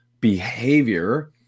behavior